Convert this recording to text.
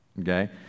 okay